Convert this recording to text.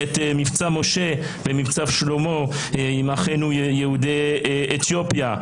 את מבצע משה ומבצע שלמה עם אחינו יהודי אתיופיה.